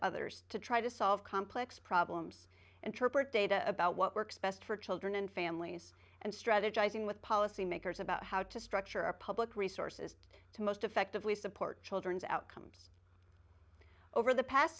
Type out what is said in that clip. others to try to solve complex problems interpret data about what works best for children and families and strategizing with policymakers about how to structure our public resources to most effectively support children's outcomes over the past